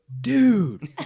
dude